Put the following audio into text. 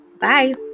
Bye